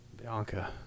Bianca